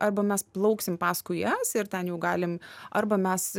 arba mes plauksim paskui ją ir ten jau galim arba mes